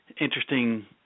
interesting